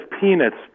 peanuts